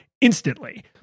instantly